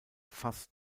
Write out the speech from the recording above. fast